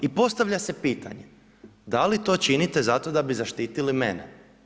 I postavlja se pitanje da li to činite zato da bi zaštitili mene?